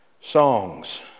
songs